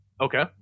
Okay